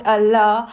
Allah